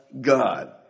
God